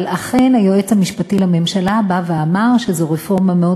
אבל אכן היועץ המשפטי לממשלה אמר שזו רפורמה מאוד